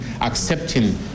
accepting